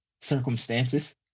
circumstances